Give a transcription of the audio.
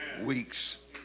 weeks